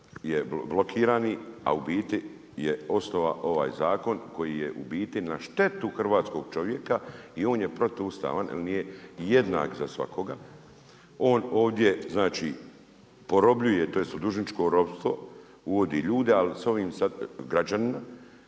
zakon koji je u biti osnovao ovaj zakon koji je u biti na štetu hrvatskog čovjeka i on je protuustavan jer nije jednak za svakoga, on ovdje znači porobljuje, tj. u dužničko ropstvo uvodi ljude ali s ovim sada građanima,